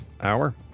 hour